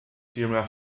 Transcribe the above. vielmehr